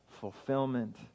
fulfillment